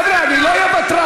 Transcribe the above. חבר'ה, אני לא אהיה ותרן.